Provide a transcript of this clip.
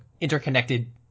interconnected